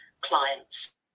clients